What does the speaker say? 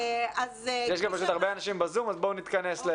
וזה יותר מתחבר למה שחבר הכנסת רזבוזוב